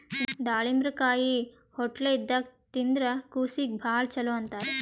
ದಾಳಿಂಬರಕಾಯಿ ಹೊಟ್ಲೆ ಇದ್ದಾಗ್ ತಿಂದ್ರ್ ಕೂಸೀಗಿ ಭಾಳ್ ಛಲೋ ಅಂತಾರ್